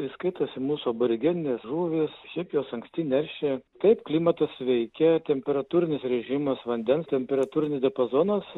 skaitosi mūsų aborigenės žuvys šiaip jos anksti neršia taip klimatas veikia temperatūrinis režimas vandens temperatūrinis diapazonas